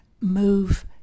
move